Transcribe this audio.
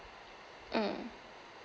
mm